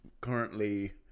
currently